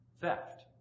theft